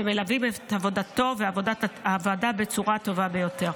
שמלווים את עבודתו ועבודת הוועדה בצורה הטובה ביותר.